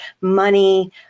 money